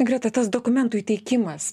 greta tas dokumentų įteikimas